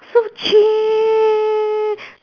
so cheap